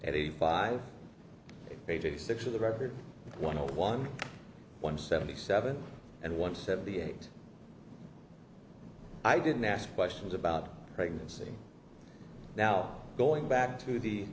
at eighty five eighty six of the record one hundred one one seventy seven and one seventy eight i didn't ask questions about pregnancy now going back to the